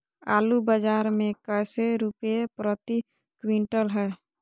आलू बाजार मे कैसे रुपए प्रति क्विंटल है?